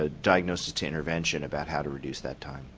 ah diagnosis to intervention about how to reduce that time.